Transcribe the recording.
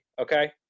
okay